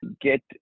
get